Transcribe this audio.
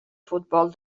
futbol